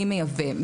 מי מייבא,